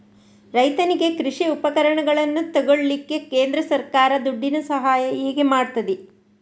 ರೈತನಿಗೆ ಕೃಷಿ ಉಪಕರಣಗಳನ್ನು ತೆಗೊಳ್ಳಿಕ್ಕೆ ಕೇಂದ್ರ ಸರ್ಕಾರ ದುಡ್ಡಿನ ಸಹಾಯ ಹೇಗೆ ಮಾಡ್ತದೆ?